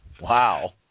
Wow